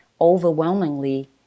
overwhelmingly